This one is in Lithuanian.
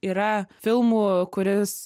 yra filmų kuris